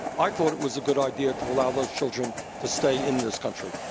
i thought it was a good idea to allow those children to stay in this country.